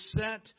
set